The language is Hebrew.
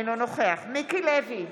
אינו נוכח מיקי לוי,